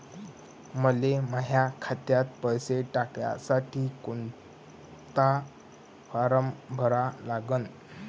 मले माह्या खात्यात पैसे टाकासाठी कोंता फारम भरा लागन?